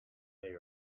they